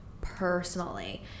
personally